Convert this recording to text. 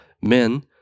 Men